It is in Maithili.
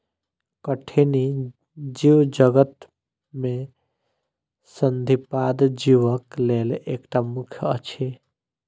कठिनी जीवजगत में संधिपाद जीवक लेल एकटा मुख्य भाग अछि